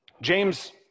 James